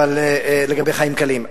לגבי חיים קלים,